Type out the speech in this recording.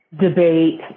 debate